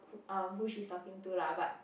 um who she's talking to lah but